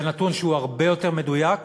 זה נתון שהוא הרבה יותר מדויק,